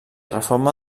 reforma